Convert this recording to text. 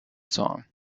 song